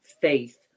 faith